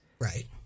Right